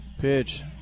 Pitch